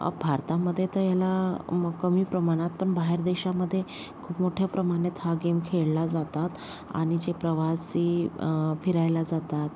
भारतामध्ये तर याला कमी प्रमाणात पण बाहेर देशामध्ये खूप मोठ्या प्रमाणात हा गेम खेळला जातात आणि जे प्रवासी फिरायला जातात